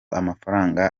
amafaranga